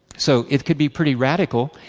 so, it could be pretty radical,